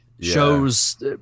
shows